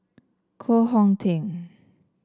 Koh Hong Teng